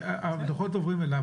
הדוחות עוברים אליו,